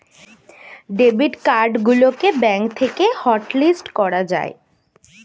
debit card গুলোকে bank থেকে hotlist করা যায়